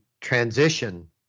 transition